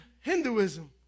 Hinduism